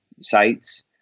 sites